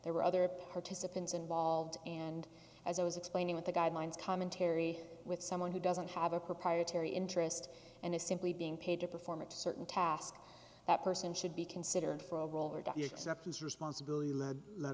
there were other participants involved and as i was explaining with the guidelines commentary with someone who doesn't have a proprietary interest and is simply being paid to perform a certain task that person should be considered for a rol